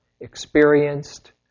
experienced